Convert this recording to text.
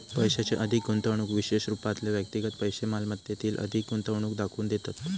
पैशाची अधिक गुंतवणूक विशेष रूपातले व्यक्तिगत पैशै मालमत्तेतील अधिक गुंतवणूक दाखवून देतत